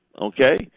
Okay